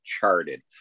charted